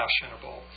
fashionable